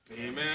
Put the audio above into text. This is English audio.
Amen